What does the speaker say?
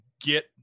get